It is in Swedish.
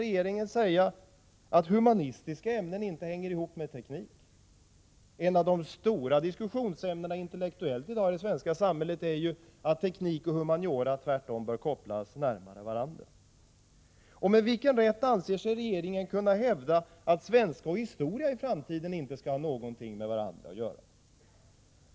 regeringen vidare att Lärarutbildning humanistiska ämnen inte hänger ihop med teknik? Ett av de stora diskus 4 SR ö ; SA Mies SR — förgrundskolan sionsämnena bland intellektuella i det svenska samhället i dag är ju att teknik Nn och humaniora tvärtom bör kopplas närmare varandra. Med vilken rätt anser sig regeringen till slut kunna hävda att svenska och historia i framtiden inte skall ha någonting med varandra att göra?